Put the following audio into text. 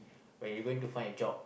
where you going to find a job